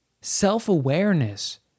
self-awareness